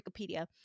Wikipedia